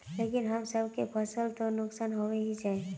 लेकिन हम सब के फ़सल तो नुकसान होबे ही जाय?